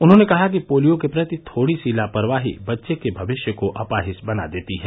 उन्होंने कहा कि पोलियो के प्रति थोड़ी सी लापरवाही बच्चे के भविष्य को अपाहिज बना देती है